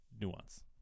Nuance